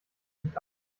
nicht